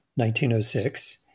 1906